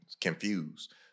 confused